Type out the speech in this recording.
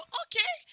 okay